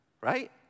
right